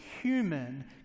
human